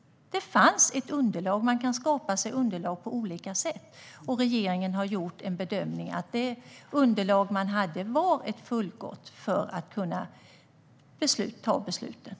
Det fanns ett underlag. Man kan skapa sig underlag på olika sätt, och regeringen gjorde bedömningen att det underlag man hade var ett fullgott beslutsunderlag.